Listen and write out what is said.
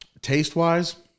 Taste-wise